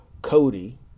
Cody